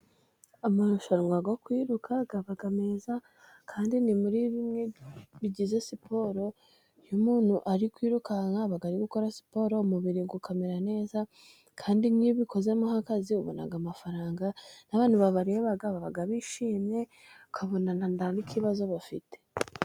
Amarushanwa yo kwiruka aba meza kandi ni muri bimwe bigize siporo, iyo umuntu ari kwirukanka aba ari gukora siporo, umubiri ukamera neza kandi nkiyo ubikozemo nkakazi abantu babona amafaranga n'abantu babareba baba bishimye ukabona nta n'ikibazo bafite.